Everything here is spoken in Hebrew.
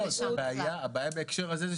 --- הבעיה בהקשר הזה,